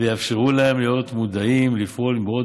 ויאפשרו להם להיות מודעים ולפעול מבעוד